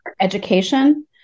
education